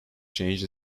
changed